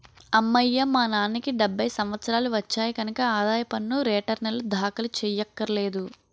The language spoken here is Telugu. అమ్మయ్యా మా నాన్నకి డెబ్భై సంవత్సరాలు వచ్చాయి కనక ఆదాయ పన్ను రేటర్నులు దాఖలు చెయ్యక్కర్లేదు